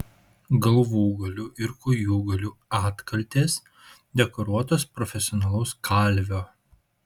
galvūgalių ir kojūgalių atkaltės dekoruotos profesionalaus kalvio